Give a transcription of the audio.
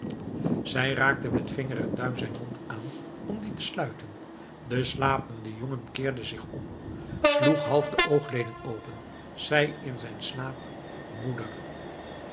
zij raakte met vinger en duim zijn mond aan om dien te sluiten de slapende jongen keerde zich om sloeg half de oogleden open zei in zijn slaap moeder